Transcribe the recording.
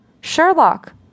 Sherlock